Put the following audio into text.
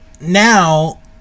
now